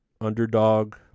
Underdog